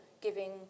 giving